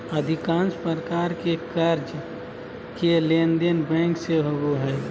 अधिकांश प्रकार के कर्जा के लेनदेन बैंक से होबो हइ